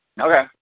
okay